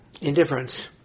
indifference